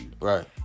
Right